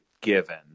given